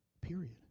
Period